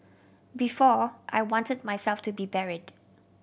before I want myself to be buried